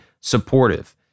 supportive